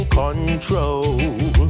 control